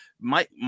Mike